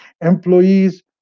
Employees